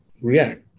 react